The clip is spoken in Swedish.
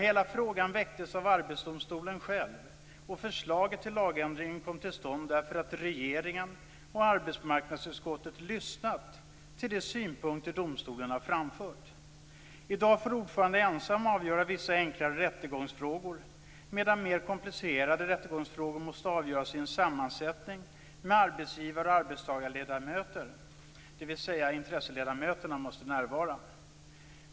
Hela frågan väcktes av Arbetsdomstolen själv, och förslaget till lagändring kom till stånd därför att regeringen och arbetsmarknadsutskottet lyssnat till de synpunkter domstolen har framfört. I dag får ordföranden ensam avgöra vissa enklare rättegångsfrågor, medan mer komplicerade rättegångsfrågor måste avgöras i en sammansättning med arbetsgivar och arbetstagarledamöter, dvs. intresseledamöterna måste närvara.